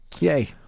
Yay